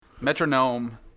Metronome